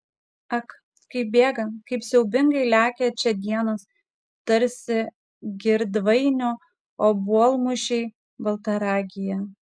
ak kaip bėga kaip siaubingai lekia čia dienos tarsi girdvainio obuolmušiai baltaragyje